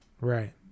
Right